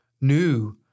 new